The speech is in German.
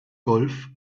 golf